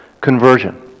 conversion